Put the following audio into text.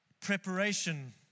preparation